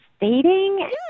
dating